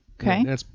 Okay